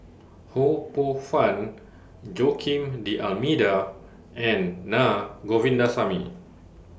Ho Poh Fun Joaquim D'almeida and Na Govindasamy